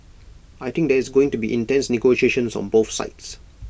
I think there is going to be intense negotiations on both sides